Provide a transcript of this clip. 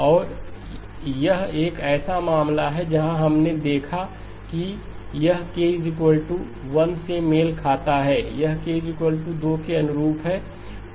और यह एक ऐसा मामला है जहां हमने देखा कि यह k 1 से मेल खाता है यह k 2 के अनुरूप है